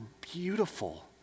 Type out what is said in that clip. beautiful